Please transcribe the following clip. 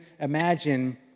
imagine